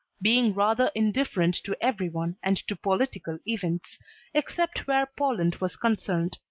being rather indifferent to every one and to political events except where poland was concerned.